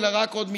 אלא רק עוד מלחמה.